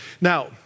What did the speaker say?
Now